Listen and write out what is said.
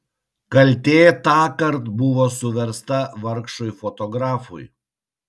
kaltė tąkart buvo suversta vargšui fotografui